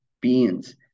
beans